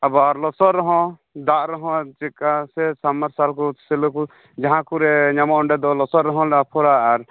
ᱟᱵᱟᱨ ᱞᱚᱥᱚᱫ ᱨᱮᱦᱚᱸ ᱫᱟᱜ ᱨᱮᱦᱚᱸ ᱪᱮᱠᱟ ᱥᱮ ᱥᱟᱢᱢᱟᱨᱥᱟᱞ ᱠᱚ ᱥᱮᱞᱚ ᱠᱚ ᱡᱟᱦᱟᱸ ᱠᱚᱨᱮ ᱧᱟᱢᱚᱜᱼᱟ ᱚᱸᱰᱮ ᱫᱚ ᱞᱚᱥᱚᱫ ᱨᱮᱦᱚᱸ ᱞᱮ ᱟᱯᱷᱚᱨᱟ ᱟᱨ